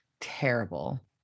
terrible